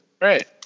Right